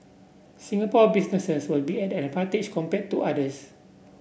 Singapore businesses will be at an advantage compared to others